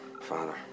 father